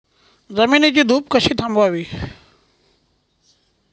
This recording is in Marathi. जमिनीची धूप कशी थांबवावी?